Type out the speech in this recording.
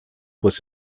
was